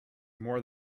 more